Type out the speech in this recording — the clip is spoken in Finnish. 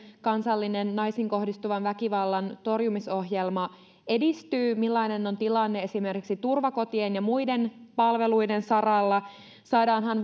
kansallinen naisiin kohdistuvan väkivallan torjumisohjelma edistyy millainen on tilanne esimerkiksi turvakotien ja muiden palveluiden saralla saadaanhan